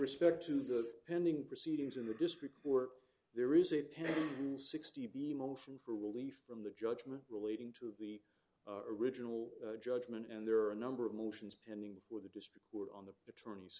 respect to the pending proceedings in the district were there is it pay sixty b motion for relief from the judgment relating to the original judgment and there are a number of motions pending before the district court on the attorneys